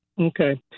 Okay